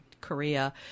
Korea